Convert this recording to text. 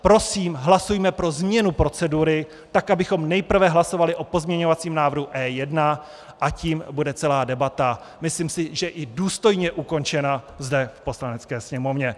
Prosím, hlasujme pro změnu procedury tak, abychom nejprve hlasovali o pozměňovacím návrhu E1, a tím bude celá debata, myslím si, i důstojně ukončena zde v Poslanecké sněmovně.